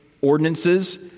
ordinances